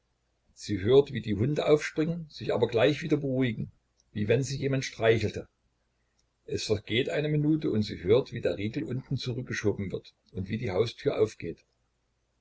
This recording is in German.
sie hört wie die hunde aufspringen sich aber gleich wieder beruhigen wie wenn sie jemand streichelte es vergeht eine minute und sie hört wie der riegel unten zurückgeschoben wird und wie die haustür aufgeht